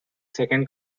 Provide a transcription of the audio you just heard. second